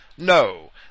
No